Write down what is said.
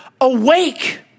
Awake